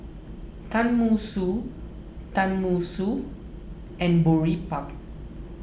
Tenmusu Tenmusu and Boribap